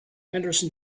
henderson